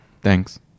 Thanks